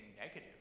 negative